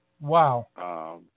wow